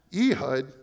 Ehud